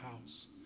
house